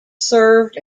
served